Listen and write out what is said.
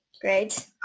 Great